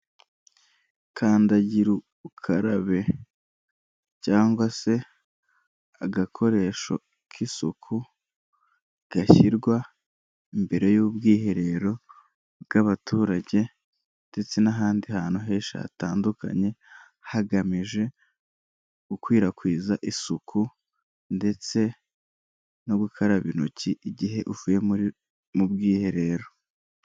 Kandagira ukarabe cyangwa se agakoresho k'isuku gashyirwa imbere y'ubwiherero bw'abaturage ndetse n'ahandi hantu henshi hatandukanye, hagamije gukwirakwiza isuku ndetse no gukaraba intoki igihe uvuye mu bwiherero.